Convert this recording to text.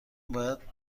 باید